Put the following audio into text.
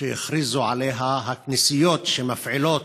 שהכריזו עליה הכנסיות שמפעילות,